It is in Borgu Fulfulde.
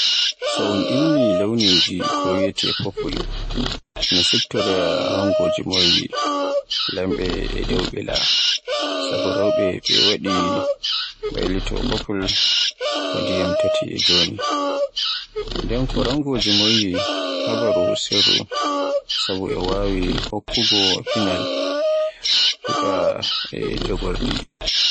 So un inni launiji ko wiyeete purple, mi siftoroya e rangooji moƴƴi laamɓe e dow mbilla. Sabu rewɓe ɓe waɗii baylito purple ko ndiyam tati e jooni. Nden ko rangooji moƴƴi habaru sirru, sabu o waawi hokkugo pinal, huɗa e jogorɗi.